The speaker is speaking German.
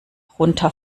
runter